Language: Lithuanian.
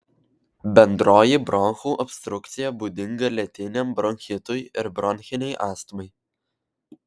bendroji bronchų obstrukcija būdinga lėtiniam bronchitui ir bronchinei astmai